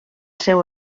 seu